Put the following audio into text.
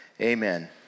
amen